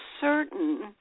certain